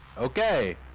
okay